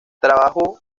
trabajó